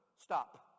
Stop